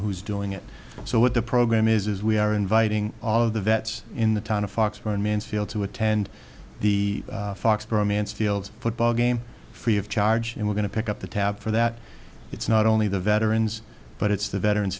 who's doing it so what the program is we are inviting all of the vets in the town of fox for in mansfield to attend the foxboro mansfield's football game free of charge and we're going to pick up the tab for that it's not only the veterans but it's the veterans